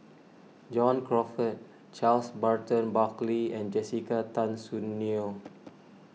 John Crawfurd Charles Burton Buckley and Jessica Tan Soon Neo